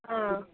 ಹಾಂ